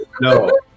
no